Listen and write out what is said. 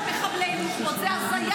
מחבלי הנוח'בות.